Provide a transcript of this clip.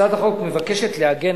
הצעת החוק מבקשת לעגן,